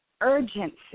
urgency